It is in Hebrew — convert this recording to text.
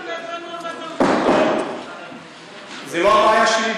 זו לא הבעיה שלי,